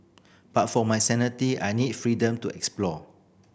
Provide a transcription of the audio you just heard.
but for my sanity I need freedom to explore